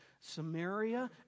Samaria